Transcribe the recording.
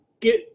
get